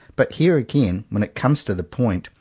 but, here again, when it comes to the point,